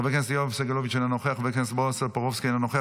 חבר הכנסת יואב סגלוביץ' אינו נוכח,